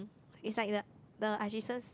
it's like the the Ajisen's